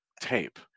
tape